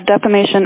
defamation